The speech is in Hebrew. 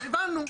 הבנו,